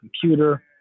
computer